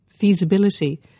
feasibility